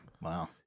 Wow